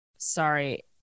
Sorry